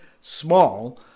small